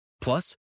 Plus